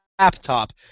Laptop